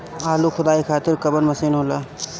आलू खुदाई खातिर कवन मशीन होला?